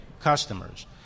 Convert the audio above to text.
customers